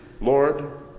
Lord